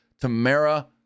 Tamara